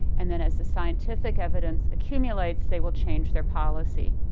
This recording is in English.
and then as the scientific evidence accumulates, they will change their policy.